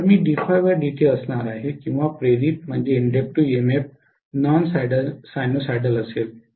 तर मी असणार आहे किंवा प्रेरित ईएमएफ नॉन साइनसॉइडल असेल